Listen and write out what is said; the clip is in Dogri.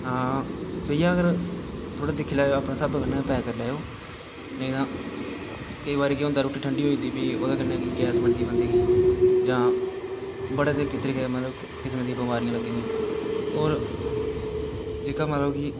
हां भैया अगर थोड़ा दिक्खी लैएओ अपने स्हाबें कन्नै पैक करी लैएयो नेई तां केईं बारी केह् होंदा रुट्टी ठंडी होई जंदी फ्ही ओह्दे कन्नै केह् होंदा गैस बनदी बंदे गी जां बड़े तरीकें दी मतलब कि किसमैं दियां बमारियां लग्गी दियां होर जेह्का मतलब कि